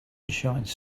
shines